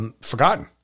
Forgotten